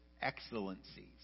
excellencies